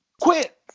quit